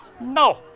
No